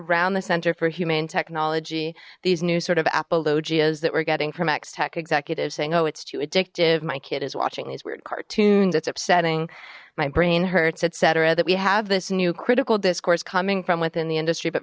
round the center for humane technology these new sort of apologia is that we're getting from x tech executives saying oh it's too addictive my kid is watching these weird cartoons it's upsetting my brain hurts etc that we have this new critical discourse coming from within the industry but